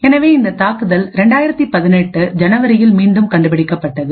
எனவே இந்த தாக்குதல் 2018 ஜனவரியில் மீண்டும் கண்டுபிடிக்கப்பட்டது